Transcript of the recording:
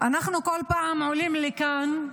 אנחנו כל פעם עולים לכאן,